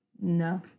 No